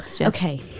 Okay